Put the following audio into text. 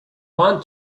one